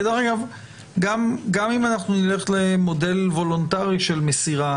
גם אם נלך למודל וולונטרי של מסירה,